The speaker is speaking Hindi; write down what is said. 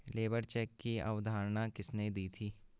लेबर चेक की अवधारणा किसने दी थी?